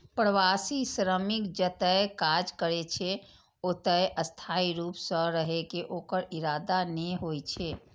प्रवासी श्रमिक जतय काज करै छै, ओतय स्थायी रूप सं रहै के ओकर इरादा नै होइ छै